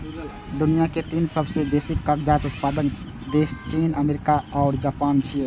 दुनिया के तीन सबसं बेसी कागज उत्पादक देश चीन, अमेरिका आ जापान छियै